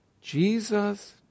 Jesus